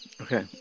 Okay